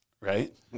right